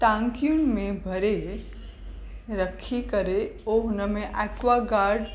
टांकियुनि में भरे रखी करे पोइ उनमें एक्वागार्ड